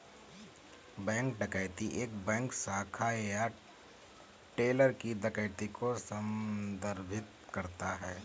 bank डकैती एक bank शाखा या टेलर की डकैती को संदर्भित करता है